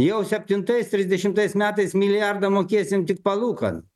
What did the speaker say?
jau septintais trisdešimtais metais milijardą mokėsim tik palūkan